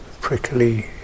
prickly